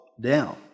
down